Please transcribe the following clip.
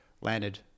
landed